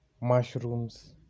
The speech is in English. mushrooms